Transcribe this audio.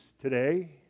today